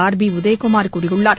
RB Udhayakumar கூறியுள்ளார்